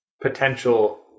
potential